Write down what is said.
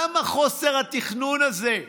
למה חוסר התכנון הזה?